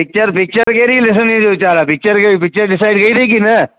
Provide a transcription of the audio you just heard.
picture picture कहिड़ी ॾिसण जी वीचारु आहे पिचर कहिड़ी पिचर डिसाइड कई थी की न